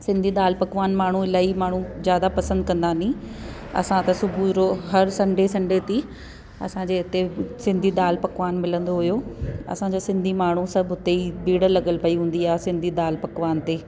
सिंधी दालि पकवान माण्हू इलाही माण्हू जादा पसंदि कंदा नी असां त सुबुह जो हर संडे संडे ती असांजे हिते सिंधी दालि पकवान मिलंदो हुयो असांजे सिंधी माण्हू सभु हुते ई भीड़ लॻियल पई हूंदी आ्हे सिंधी दालि पकवान ते